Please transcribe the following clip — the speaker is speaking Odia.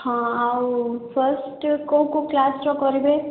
ହଁ ଆଉ ଫାଷ୍ଟ୍ କେଉଁ କେଉଁ କ୍ଲାସ୍ର କରିବେ